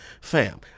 fam